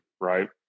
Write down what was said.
Right